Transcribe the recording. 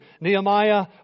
Nehemiah